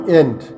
end